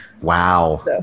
Wow